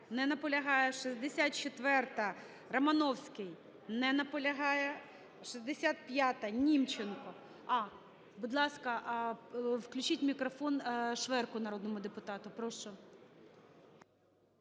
Не наполягає. 64-а, Романовський. Не наполягає. 65-а, Німченко. Будь ласка, включіть мікрофон Шверку, народному депутату. Прошу.